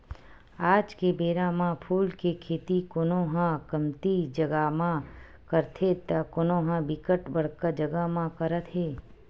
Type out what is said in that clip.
आज के बेरा म फूल के खेती कोनो ह कमती जगा म करथे त कोनो ह बिकट बड़का जगा म करत हे